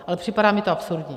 Ale připadá mi to absurdní.